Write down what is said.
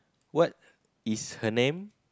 what is her name